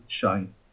shine